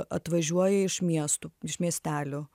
atvažiuoja iš miestų iš miestelių